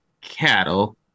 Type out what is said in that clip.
cattle